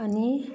आनी